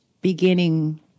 beginning